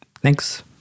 Thanks